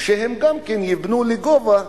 שהם גם כן יבנו לגובה,